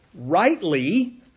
Rightly